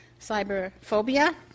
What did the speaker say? cyberphobia